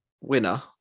winner